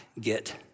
get